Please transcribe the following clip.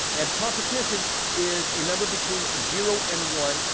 and competition is a number between zero and one,